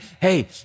hey